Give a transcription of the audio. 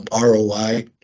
ROI